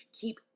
keep